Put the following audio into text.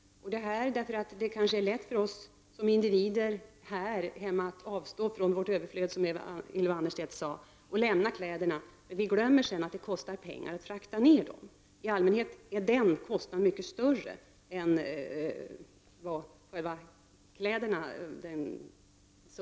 För oss är det kanske lätt att avstå från vårt överflöd, som Ylva Annerstedt sade, och lämna in kläder. Men vi glömmer sedan att det kostar pengar att frakta kläderna till resp. land. I allmänhet överstiger fraktkostnaden värdet av kläderna.